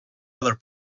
other